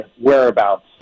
whereabouts